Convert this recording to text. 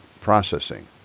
processing